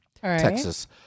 Texas